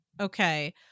okay